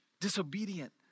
disobedient